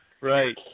Right